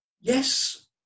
yes